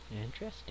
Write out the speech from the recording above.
Interesting